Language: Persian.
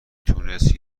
تونست